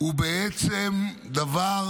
הוא בעצם דבר